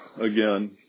again